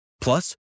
Plus